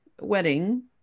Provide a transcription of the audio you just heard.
wedding